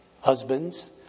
husbands